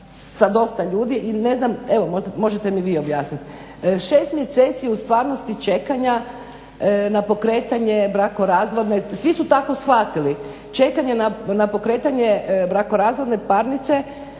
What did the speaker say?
sa dosta ljudi i ne znam evo možda možete mi vi objasniti. Šest mjeseci u stvarnosti čekanja na pokretanje brakorazvodne, svi su tako shvatili, čekanja na pokretanje brakorazvodne parnice